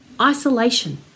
Isolation